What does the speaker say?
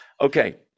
Okay